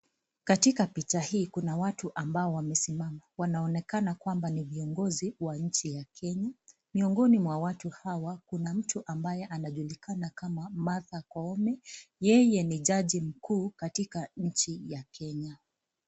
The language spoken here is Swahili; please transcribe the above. Katika picha hii kuna watu ambao wamesimama, wanaonekana kwamba ni viongozi wa nchi ya Kenya. Miongoni mwa watu hawa kuna mtu anajulikana kama Martha Koome, yeye ni jaji mkuu katika nchi ya Kenya.